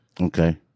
Okay